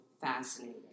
fascinating